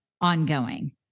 ongoing